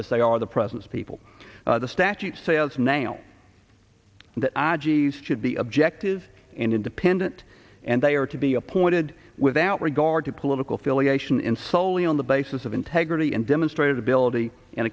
as they are the presence of people the statute says now that i g s should be objective and independent and they are to be appointed without regard to political affiliation in soley on the basis of integrity and demonstrated ability